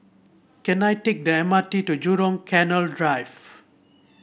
can I take the M R T to Jurong Canal Drive